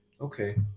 Okay